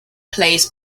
plays